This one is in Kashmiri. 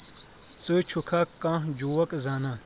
ژٕ چھُکھا کانٛہہ جوک زانان